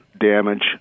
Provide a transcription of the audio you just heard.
damage